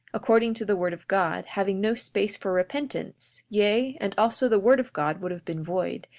according to the word of god, having no space for repentance yea, and also the word of god would have been void,